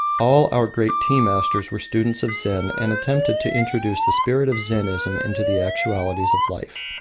all our great tea-masters were students of zen and attempted to introduce the spirit of zennism into the actualities of life.